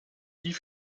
die